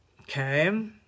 Okay